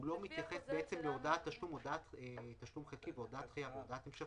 הוא לא מתייחס להודעת תשלום חלקי והודעת המשך